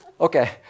okay